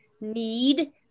need